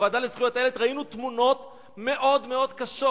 בוועדה לזכויות הילד ראינו תמונות מאוד-מאוד קשות,